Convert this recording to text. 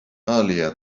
earlier